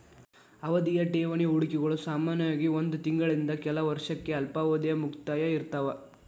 ಅವಧಿಯ ಠೇವಣಿ ಹೂಡಿಕೆಗಳು ಸಾಮಾನ್ಯವಾಗಿ ಒಂದ್ ತಿಂಗಳಿಂದ ಕೆಲ ವರ್ಷಕ್ಕ ಅಲ್ಪಾವಧಿಯ ಮುಕ್ತಾಯ ಇರ್ತಾವ